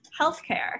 healthcare